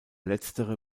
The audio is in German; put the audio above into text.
letztere